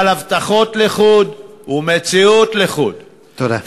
אבל הבטחות לחוד ומציאות לחוד, תודה.